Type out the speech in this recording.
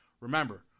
remember